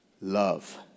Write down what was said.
love